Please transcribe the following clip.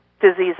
diseases